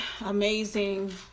amazing